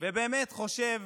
ובאמת חושב